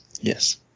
Yes